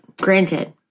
granted